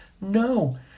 no